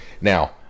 Now